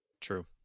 True